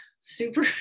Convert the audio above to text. super